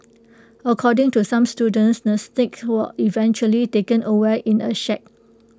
according to some students the snake was eventually taken away in A sack